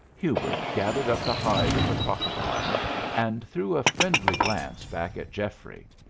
hubert gathered up the hide of the crocodile and threw a friendly glance back at geoffrey.